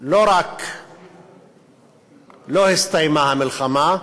לא רק שלא הסתיימה המלחמה,